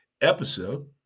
episode